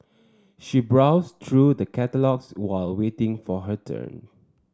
she browsed through the catalogues while waiting for her turn